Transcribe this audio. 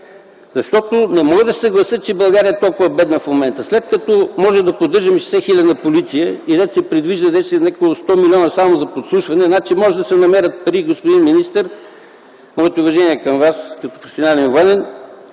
Не мога да се съглася, че България е толкова бедна в момента, след като можем да поддържаме 60 хилядна полиция и дето се предвиждат някъде от 100 милиона само за подслушване, значи могат да се намерят пари, господин министър, моите уважения към Вас като професионален военен